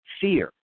fear